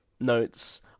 notes